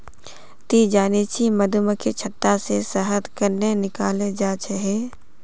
ती जानछि मधुमक्खीर छत्ता से शहद कंन्हे निकालाल जाच्छे हैय